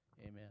Amen